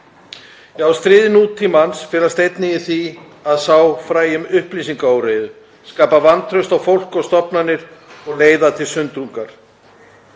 Já, stríð nútímans felast einnig í því að sá fræjum upplýsingaóreiðu, skapa vantraust á fólk og stofnanir og leiða til sundrungar.